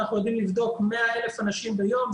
אנחנו יודעים לבדוק 100,000 אנשים ביום,